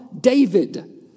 David